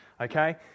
okay